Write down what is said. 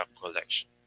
Collection